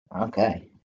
Okay